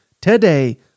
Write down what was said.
today